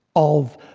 of